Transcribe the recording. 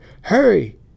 Hurry